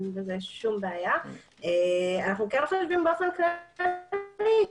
אנו חושבים באופן כללי,